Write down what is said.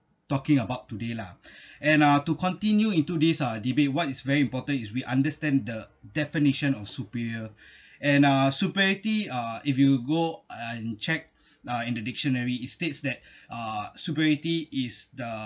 talking about today lah and uh to continue into this uh debate one is very important is we understand the definition of superior and uh superiority uh if you go and check uh in the dictionary it states that uh superiority is the